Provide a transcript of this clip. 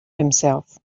himself